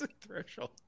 threshold